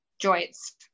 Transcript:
Joints